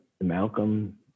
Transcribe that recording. Malcolm